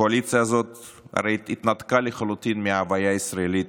הקואליציה הזאת הרי התנתקה לחלוטין מההוויה הישראלית,